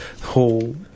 whole